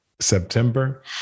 September